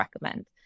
recommend